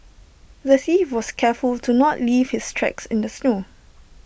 the thief was careful to not leave his tracks in the snow